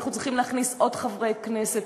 אנחנו צריכים להכניס עוד חברי כנסת,